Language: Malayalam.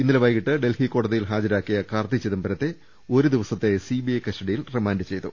ഇന്നലെ വൈകീട്ട് ഡൽഹി കോടതിയിൽ ഹാജരാക്കിയ കാർത്തി ചിദംബരത്തെ ഒരു ദിവസത്തെ സിബിഐ കസ്റ്റഡിയിൽ വിട്ടു